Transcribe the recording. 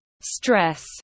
stress